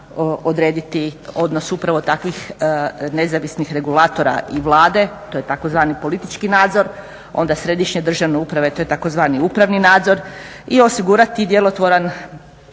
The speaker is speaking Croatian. odrediti odnos upravo takvih nezavisnih regulatora i Vlade, to je tzv. politički nadzor, onda središnje državne uprave, to je tzv. upravni nadzor i osigurati djelotvoran